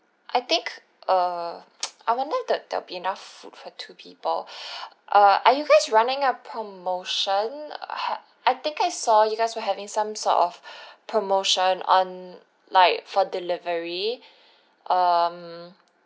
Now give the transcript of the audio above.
I think err I wonder if that there'll be enough food for two people err are you guys running a promotion ha~ I think I saw you guys were having some sort of promotion on like for delivery um